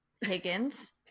higgins